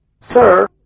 Sir